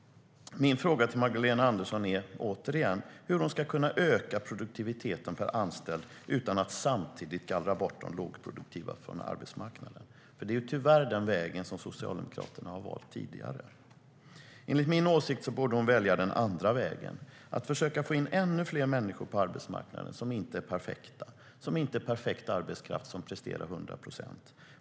Min fråga till Magdalena Andersson är återigen hur hon ska kunna öka produktiviteten per anställd utan att samtidigt gallra bort de lågproduktiva från arbetsmarknaden. Det är tyvärr den vägen som Socialdemokraterna har valt tidigare. Enligt min åsikt borde hon välja den andra vägen. Hon borde försöka få in ännu fler människor på arbetsmarknaden som inte är perfekta, som inte är perfekt arbetskraft som presterar 100 procent.